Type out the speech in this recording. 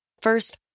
First